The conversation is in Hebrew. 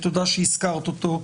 ותודה שהזכרת אותו,